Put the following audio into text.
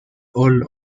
all